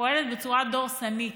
פועלת בצורה דורסנית